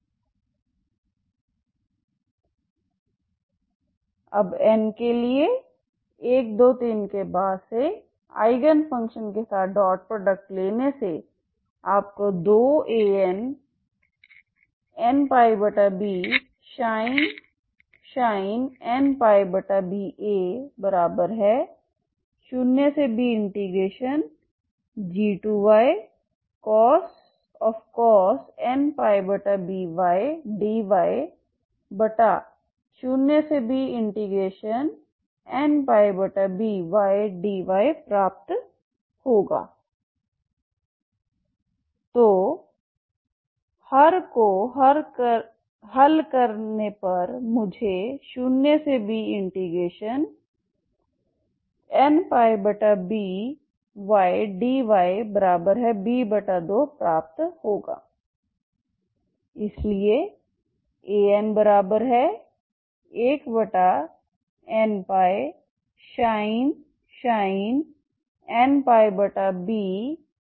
Now taking the dot product with the eigenfunction for n running from 1 2 3 onwards you will get 2Annπbsinh nπba 0bg2cos nπby dy0bnπby dy then solving the denominator will give me 0bnπby dyb2 therefore An1nπsinh nπba 0bg2cos nπby dy अब n के लिए 1 2 3 के बाद से eigenfunction के साथ dot product लेने से आपको 2Annπbsinh nπba 0bg2cos nπby dy0bnπby dy प्राप्त होगा तो हर को हल करने पर मुझे 0bnπby dyb2 प्राप्त होगा इसलिए An1nπsinh nπba 0bg2cos nπby dy है